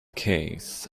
case